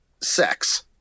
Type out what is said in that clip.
sex